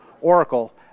Oracle